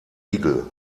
igel